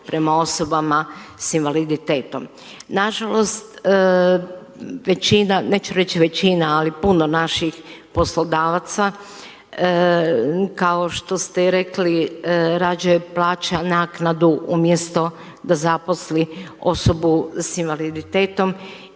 prema osobama sa invaliditetom. Na žalost većina, neću reći većina ali puno naših poslodavaca kao što ste i rekli rađe plaća naknadu umjesto da zaposli osobu sa invaliditetom.